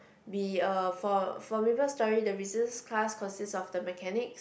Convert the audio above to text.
be a for for Maplestory the Resistance Class consist of the Mechanics